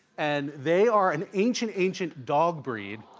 and they are an ancient, ancient dog breed.